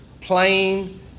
plain